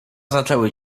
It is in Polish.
zaczęły